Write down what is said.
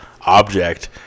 object